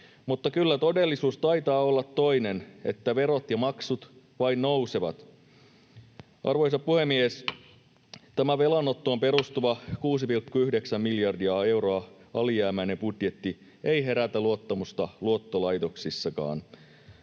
mutta kyllä todellisuus taitaa olla toinen: verot ja maksut vain nousevat. Arvoisa puhemies! Tämä velanottoon perustuva, 6,9 miljardia euroa alijäämäinen budjetti ei herätä luottamusta luottolaitoksissakaan.